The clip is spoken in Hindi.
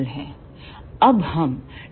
अब हम टू कैविटी क्लेस्ट्रॉन देखते हैं